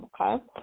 okay